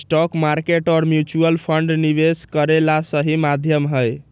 stock market और mutual fund निवेश करे ला सही माध्यम हई